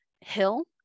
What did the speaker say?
hill